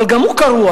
אבל גם הוא קרוע,